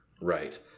right